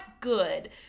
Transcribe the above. good